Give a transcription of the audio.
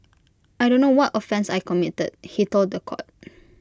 I don't know what offence I committed he told The Court